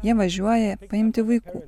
jie važiuoja paimti vaikų